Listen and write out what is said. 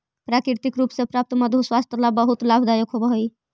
प्राकृतिक रूप से प्राप्त मधु स्वास्थ्य ला बहुत लाभदायक होवअ हई